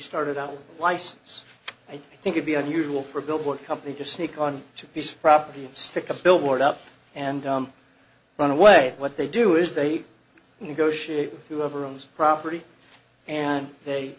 started out license i think it be unusual for a billboard company just sneak on to a piece of property and stick a billboard up and run away what they do is they negotiate with whoever owns property and they